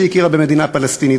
שהכירה במדינה פלסטינית.